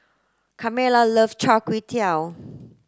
Carmella love Char kway Teow